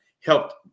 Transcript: helped